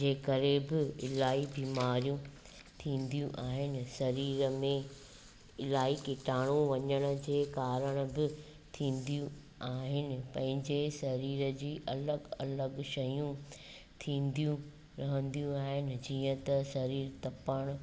जंहिं करे ॿ इलाही बीमारियूं थींदियूं आहिनि सरीर में इलाही कीटाणु वञण जे कारण बि थींदियूं आहिनि पंहिंजे सरीर जी अलॻि अलॻि शयूं थींदियूं रहंदियूं आहिनि जीअं त सरीर तपणु